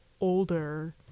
older